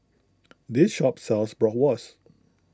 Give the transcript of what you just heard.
this shop sells Bratwurst